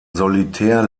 solitär